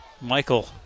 Michael